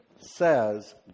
says